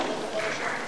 (מחיאות כפיים) לא,